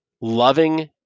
loving